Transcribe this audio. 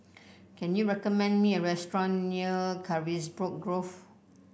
can you recommend me a restaurant near Carisbrooke Grove